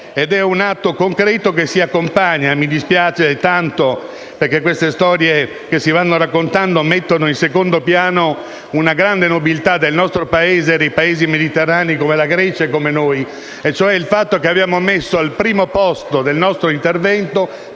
è un atto concreto. Mi dispiace tanto perché le storie che si vanno raccontando mettono in secondo piano la grande nobiltà del nostro Paese e dei Paesi mediterranei come la Grecia. Mi riferisco al fatto che abbiamo messo al primo posto del nostro intervento,